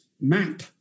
map